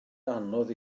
anodd